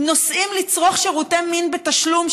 נוסעים לצרוך שירותי מין בתשלום,